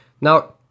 Now